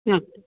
ம்